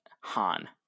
Han